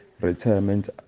retirement